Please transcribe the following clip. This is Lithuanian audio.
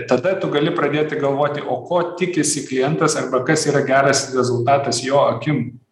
tada tu gali pradėti galvoti o ko tikisi klientas arba kas yra geras rezultatas jo akim